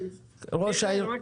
ראש העיר.